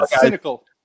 cynical